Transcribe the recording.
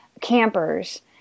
campers